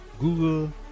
Google